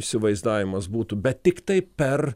įsivaizdavimas būtų bet tiktai per